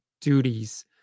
duties